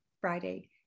friday